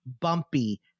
bumpy